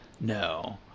No